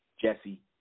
Jesse